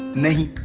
nny.